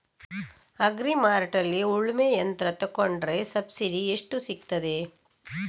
Agri ಮಾರ್ಟ್ನಲ್ಲಿ ಉಳ್ಮೆ ಯಂತ್ರ ತೆಕೊಂಡ್ರೆ ಸಬ್ಸಿಡಿ ಎಷ್ಟು ಸಿಕ್ತಾದೆ?